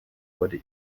wurde